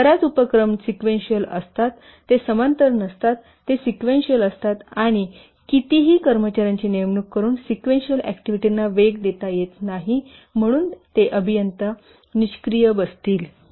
कारण बर्याच उपक्रम सिक्वेन्शिअल असतात ते समांतर नसतात ते सिक्वेन्शिअल असतात आणि कितीही कर्मचाऱ्याची नेमणूक करून सिक्वेन्शिअल ऍक्टिव्हिटीना वेग देता येत नाही म्हणून हे अभियंता निष्क्रिय बसतील